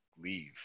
leave